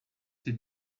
ses